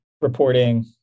reporting